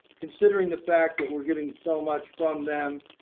considering the fact that we're getting so much from them,